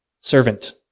servant